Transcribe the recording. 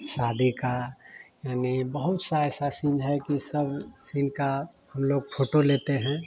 शादी का यानी बहुत सा ऐसा सीन है कि सब सीन का हम लोग फोटो लेते हैं